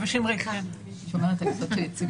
מערך ההבאה של אסירים לדיון בבתי המשפט.